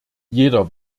jeder